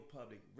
Public